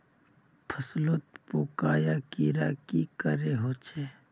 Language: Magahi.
फसलोत पोका या कीड़ा की करे होचे?